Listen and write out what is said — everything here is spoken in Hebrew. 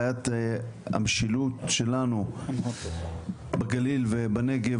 בעיית המשילות שלנו בגליל ובנגב,